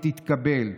ותתקבל,